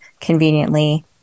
conveniently